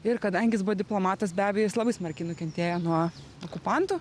ir kadangi jis buvo diplomatas be abejo jis labai smarkiai nukentėjo nuo okupantų